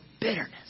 bitterness